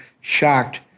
shocked